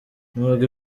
n’ubwo